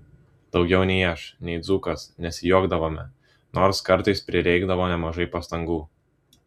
daugiau nei aš nei dzūkas nesijuokdavome nors kartais prireikdavo nemažai pastangų